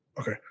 Okay